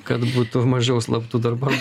kad būtų mažiau slaptų darbų